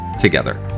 together